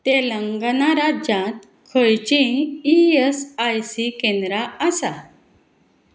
तेलंगना राज्यांत खंयचीं E S I C केंद्रां आसा